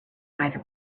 might